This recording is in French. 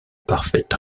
parfaite